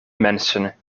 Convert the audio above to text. mensen